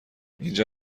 اینجا